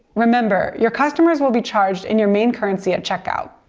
remember, your customers will be charged in your main currency at checkout.